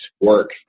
work